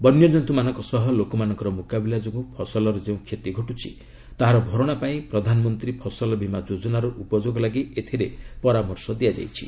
ବନ୍ୟଜନ୍ତ୍ରମାନଙ୍କ ସହ ଲୋକମାନଙ୍କର ମ୍ରକାବିଲା ଯୋଗୁଁ ଫସଲର ଯେଉଁ କ୍ଷତି ଘଟ୍ଛି ତାହାର ଭରଣା ପାଇଁ ପ୍ରଧାନମନ୍ତ୍ରୀ ଫସଲ ବୀମା ଯୋଜନାର ଉପଯୋଗ ଲାଗି ଏଥିରେ ପରାମର୍ଶ ଦିଆଯାଇଛି